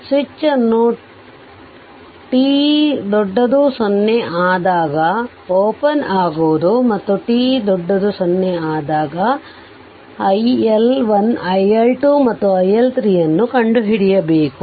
switch ಅನ್ನು t 0 ಆದಾಗ open ಆಗುವುದು ಮತ್ತು t 0 ಆದಾಗ iL1 iL2 ಮತ್ತು iL3 ಅನ್ನು ಕಂಡುಹಿಡಿಯಬೇಕು